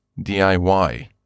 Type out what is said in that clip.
DIY